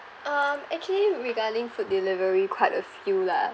um actually regarding food delivery quite a few lah